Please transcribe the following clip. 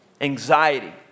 Anxiety